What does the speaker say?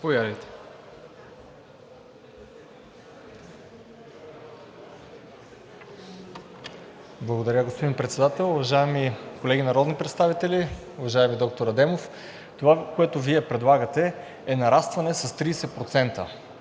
Промяната): Благодаря, господин Председател. Уважаеми колеги народни представители! Уважаеми доктор Адемов, това, което Вие предлагате, е нарастване с 30%